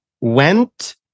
went